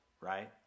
right